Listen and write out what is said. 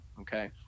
Okay